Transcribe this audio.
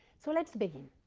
so let's begin.